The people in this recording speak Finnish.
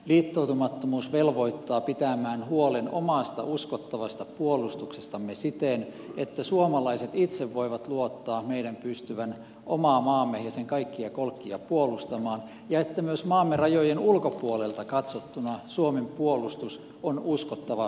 liittoutumattomuus velvoittaa pitämään huolen omasta uskottavasta puolustuksestamme siten että suomalaiset itse voivat luottaa meidän pystyvän omaa maatamme ja sen kaikkia kolkkia puolustamaan ja että myös maamme rajojen ulkopuolelta katsottuna suomen puolustus on uskottava torjumaan uhat